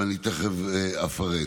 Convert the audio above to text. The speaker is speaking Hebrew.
ואני תכף אפרט.